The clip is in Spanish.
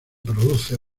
produce